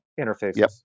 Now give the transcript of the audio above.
interfaces